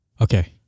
Okay